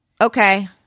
Okay